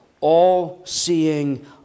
all-seeing